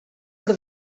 per